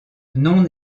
non